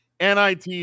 NIT